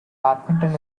badminton